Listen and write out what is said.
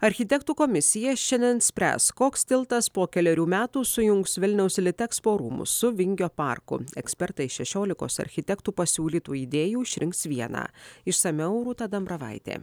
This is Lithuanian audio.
architektų komisija šiandien spręs koks tiltas po kelerių metų sujungs vilniaus litexpo rūmus su vingio parku ekspertai šešiolikos architektų pasiūlytų idėjų išrinks vieną išsamiau rūta dambravaitė